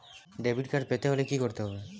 Debit card পেতে হলে কি করতে হবে?